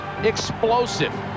explosive